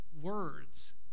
words